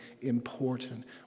important